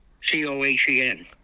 C-O-H-E-N